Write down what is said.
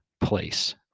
place